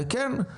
וכן,